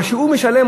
מה שהוא משלם,